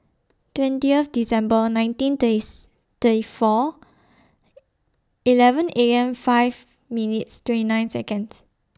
twentieth December nineteen Days thirty four eleven A M five minutes twenty nine Seconds